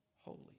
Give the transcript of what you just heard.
holy